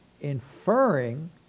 inferring